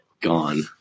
gone